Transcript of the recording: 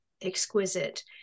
exquisite